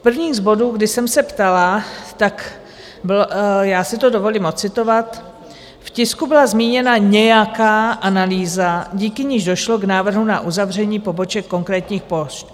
První z bodů, kdy jsem se ptala, tak byl... já si to dovolím ocitovat: V tisku byla zmíněna nějaká analýza, díky níž došlo k návrhu na uzavření poboček konkrétních pošt.